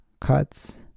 cuts